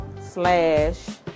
slash